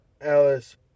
Alice